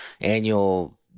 annual